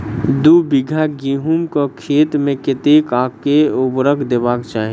दु बीघा गहूम केँ खेत मे कतेक आ केँ उर्वरक देबाक चाहि?